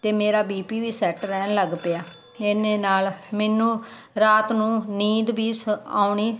ਤੇ ਮੇਰਾ B P ਵੀ ਸੈਰ ਰਹਿਣ ਲੱਗ ਪਿਆ ਇਹਨੇ ਨਾਲ ਮੈਨੂੰ ਰਾਤ ਨੂੰ ਨੀਂਦ ਵੀ ਆਉਣੀ